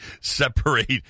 separate